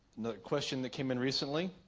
the question that came in recently